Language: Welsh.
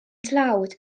dlawd